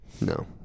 No